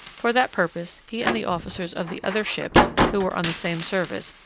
for that purpose he and the officers of the other ships, who were on the same service,